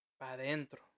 Pa-dentro